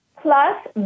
plus